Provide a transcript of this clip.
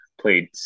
Played